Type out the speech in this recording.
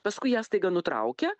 paskui ją staiga nutraukia